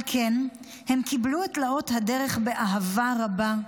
על כן הם קיבלו את תלאות הדרך באהבה רבה,